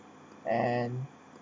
and